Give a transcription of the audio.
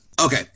Okay